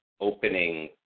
opening